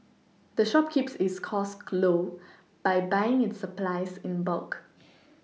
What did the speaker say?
the shop keeps its costs low by buying its supplies in bulk